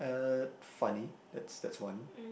uh funny that's that's one